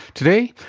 today,